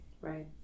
Right